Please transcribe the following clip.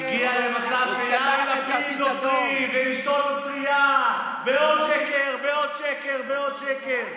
הגיע למצב שיאיר לפיד נוצרי ואשתו נוצרייה ועוד שקר ועוד שקר ועוד שקר.